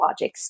logics